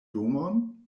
domon